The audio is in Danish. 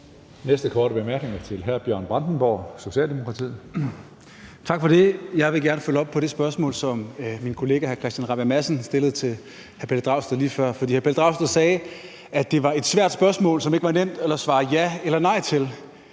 Næste korte bemærkning er til hr. Bjørn Brandenborg, Socialdemokratiet. Kl. 19:16 Bjørn Brandenborg (S): Tak for det. Jeg vil gerne følge op på det spørgsmål, som min kollega hr. Christian Rabjerg Madsen stillede til hr. Pelle Dragsted lige før. For hr. Pelle Dragsted sagde, at det var et svært spørgsmål, som det ikke var nemt at svare ja eller nej til.